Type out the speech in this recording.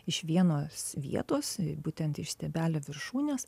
iš vienos vietos būtent iš stiebelio viršūnės